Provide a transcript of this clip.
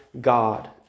God